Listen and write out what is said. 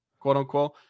quote-unquote